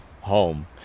home